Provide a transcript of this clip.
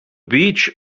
beach